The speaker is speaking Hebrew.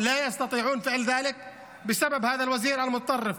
אינם יכולים לעשות זאת בגלל השר הקיצוני